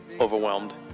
overwhelmed